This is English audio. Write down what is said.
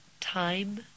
time